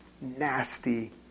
nasty